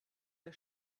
der